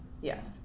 Yes